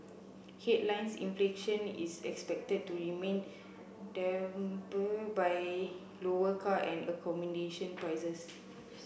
headlines inflation is expected to remain dampened by lower car and accommodation prices